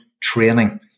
training